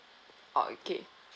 okay